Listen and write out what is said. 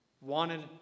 wanted